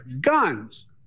Guns